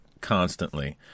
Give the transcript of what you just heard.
constantly